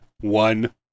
one